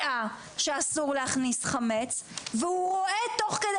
ליידע שאסור להכניס חמץ והוא רואה תוך כדי